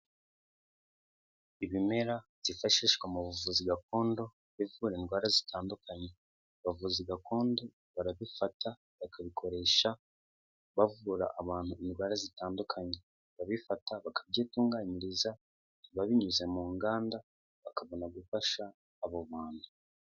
Ibimera byifashishwa mu buvuzi gakondo bivura indwara zitandukanye, abavuzi gakondo barabifata bakabikoresha bavura abantu indwara zitandukanye, barabifata bakabyitunganyiriza ntibabinyuze mu nganda bakabona gufasha abo bantu.